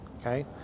okay